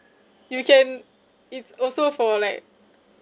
you can it's also for like